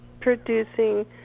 producing